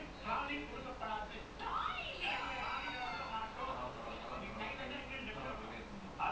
I think நிறையா பேரு:niraiyaa paeru is like that lah because like they like I think alan also he sleeps at like four wakes up at two